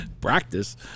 Practice